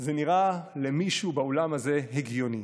זה נראה למישהו באולם הזה הגיוני